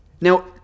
Now